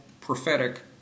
prophetic